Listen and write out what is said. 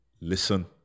listen